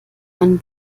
man